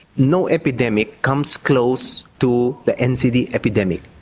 no epidemic comes close to the ncd epidemic.